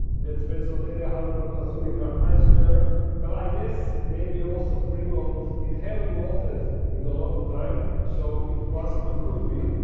that's poecilotheria hanumavilasumica, i swear well. i guess maybe also premolt. it haven't molted in a long time, so it possibly could be.